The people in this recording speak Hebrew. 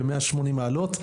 ב-180 מעלות,